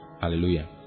Hallelujah